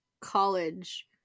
college